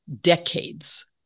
decades